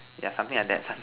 yeah something like that